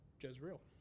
Jezreel